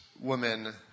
woman